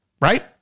Right